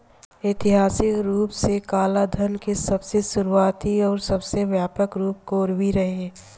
ऐतिहासिक रूप से कालाधान के सबसे शुरुआती अउरी सबसे व्यापक रूप कोरवी रहे